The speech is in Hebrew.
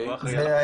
שר הפנים.